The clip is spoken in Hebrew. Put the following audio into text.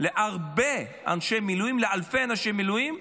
להרבה אנשי מילואים, לאלפי אנשי מילואים: